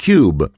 Cube